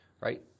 right